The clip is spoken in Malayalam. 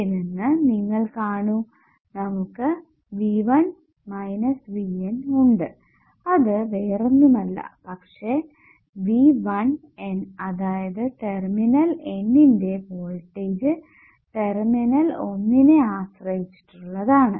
ഇവിടെ നിന്ന് നിങ്ങൾ കാണൂ നമുക്ക് V1 VN ഉണ്ട് അത് വേറൊന്നുമല്ല പക്ഷെ V1N അതായത് ടെർമിനൽ N ന്റെ വോൾടേജ് ടെർമിനൽ 1 നെ ആശ്രയിച്ചിട്ടുള്ളത്